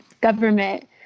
government